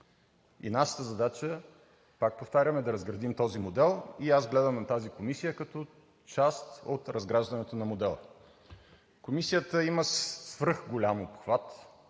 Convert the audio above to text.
И нашата задача, пак повтарям, е да разградим този модел и аз гледам на тази комисия като част от разграждането на модела. Комисията има свръхголям обхват,